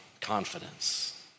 confidence